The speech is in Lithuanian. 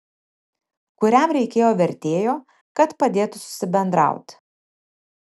kuriam reikėjo vertėjo kad padėtų susibendraut